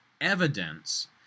evidence